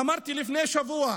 אמרתי לפני שבוע